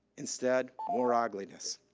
instead, more ugliness.